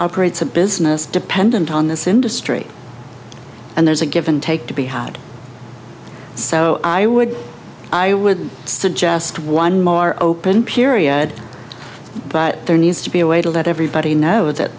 operates a business dependent on this industry and there's a give and take to be had so i would i would suggest one more open period but there needs to be a way to let everybody know that